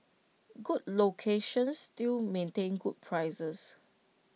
good locations still maintain good prices